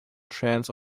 chance